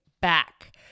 back